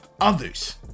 others